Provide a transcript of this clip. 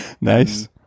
nice